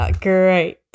great